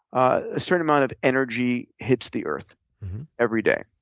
a certain amount of energy hits the earth every day.